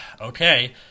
okay